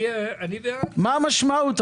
מה המשמעות?